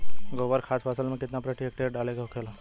गोबर खाद फसल में कितना प्रति हेक्टेयर डाले के होखेला?